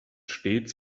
stets